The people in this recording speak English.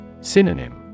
Synonym